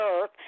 earth